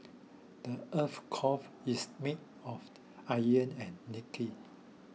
the earth's core is made of iron and nickel